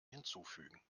hinzufügen